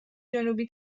جنوبی